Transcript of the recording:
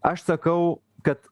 aš sakau kad